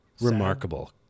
remarkable